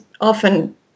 often